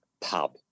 Pub